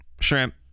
shrimp